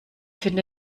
finde